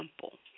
simple